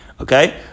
Okay